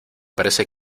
parece